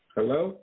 Hello